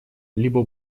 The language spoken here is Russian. либо